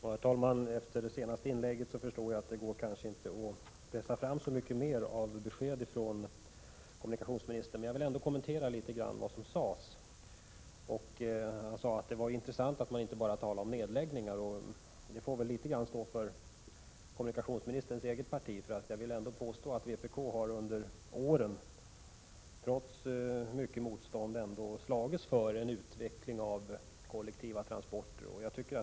Herr talman! Efter det senaste inlägget förstår jag att det kanske inte går att pressa fram några fler besked från kommunikationsministern. Jag vill ändå kommentera litet grand av det som sades. Kommunikationsministern sade att det var intressant att man inte bara Prot. 1987/88:15 talar om nedläggningar. Det får nog stå för kommunikationsministerns eget 27 oktober 1987 parti. Vpk har, trots mycket motstånd, under åren slagits för en utveckling av kollektiva transporter.